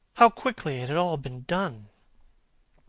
how quickly it had all been done!